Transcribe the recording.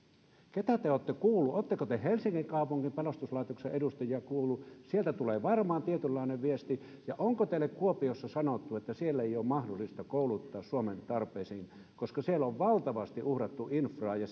ketä te te olette kuullut oletteko te helsingin kaupungin pelastuslaitoksen edustajia kuullut sieltä tulee varmaan tietynlainen viesti ja onko teille kuopiossa sanottu että siellä ei ole mahdollista kouluttaa suomen tarpeisiin koska siellä on valtavasti uhrattu infraa ja